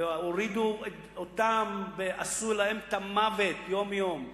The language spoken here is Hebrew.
ועשו להם את המוות יום-יום.